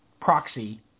proxy